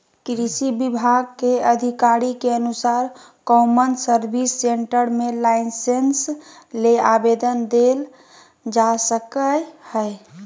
कृषि विभाग के अधिकारी के अनुसार कौमन सर्विस सेंटर मे लाइसेंस ले आवेदन देल जा सकई हई